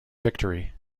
victory